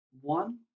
one